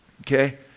okay